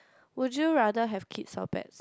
would you rather have kids or pets